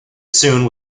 soon